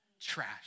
trash